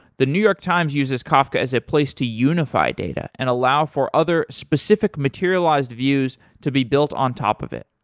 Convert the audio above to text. the new york times uses kafka as a place to unify data and allow for other specific materialized views to be built on top of it.